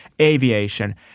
aviation